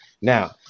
Now